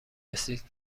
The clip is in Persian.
رسید